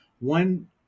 One